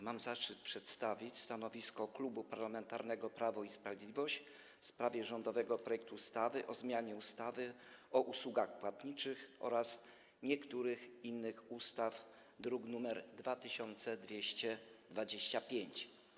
Mam zaszczyt przedstawić stanowisko Klubu Parlamentarnego Prawo i Sprawiedliwość w sprawie rządowego projektu ustawy o zmianie ustawy o usługach płatniczych oraz niektórych innych ustaw, druk nr 2225.